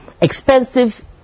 expensive